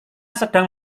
sedang